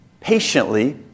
patiently